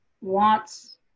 wants